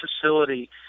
facility